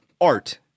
art